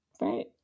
right